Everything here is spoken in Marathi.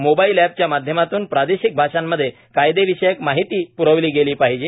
मोबाईल एपच्या माध्यमातून प्रादेशिक भाषांमध्ये कायदेविषक माहिती प्रविला गेला पाहिजे